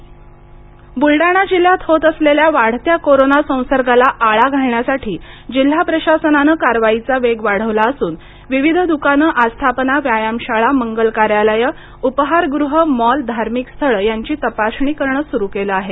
Buldhana corona प्रतिबंध बुलडाणा जिल्ह्यात होत असलेल्या वाढत्या कोरोना संसर्गाला आळा घालण्यासाठी जिल्हा प्रशासनाने कारवाईचा वेग वाढवला असून विविध द्काने आस्थापना व्यायामशाळा मंगल कार्यालयं उपहारग़हे मॉल धार्मिक स्थळे यांची तपासणी करणे सुरु केले आहे